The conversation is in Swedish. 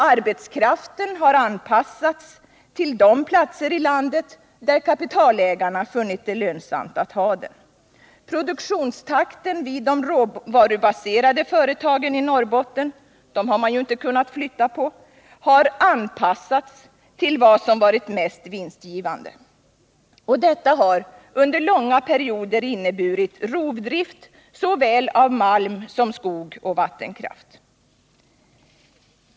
Arbetskraften har ”anpassats” till de platser i landet där kapitalägarna funnit det lönsamt att ha den. Produktionstakten vid de råvarubaserade företagen i Norrbotten — dem har man ju inte kunnat flytta — har ”anpassats” till vad som varit mest vinstgivande. Detta har under långa perioder inneburit rovdrift såväl av malm som av skog och vattenkraft.